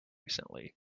recently